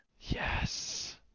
Yes